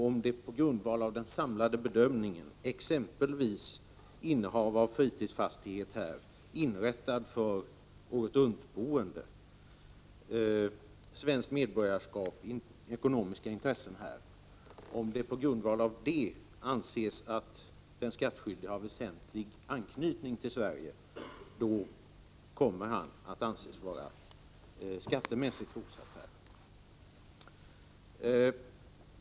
Om det på grundval av exempelvis innehav av fritidsfastighet här, inrättad för åretruntboende, svenskt medborgarskap eller ekonomiska intressen här anses att den skattskyldige har väsentlig anknytning till Sverige kommer han att anses vara skattemässigt bosatt här.